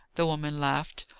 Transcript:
the woman laughed.